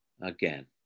again